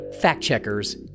fact-checkers